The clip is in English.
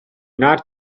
not